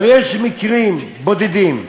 אבל יש מקרים בודדים,